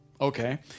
Okay